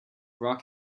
rock